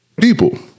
people